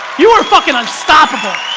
you are fucking unstoppable